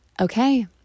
okay